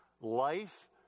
life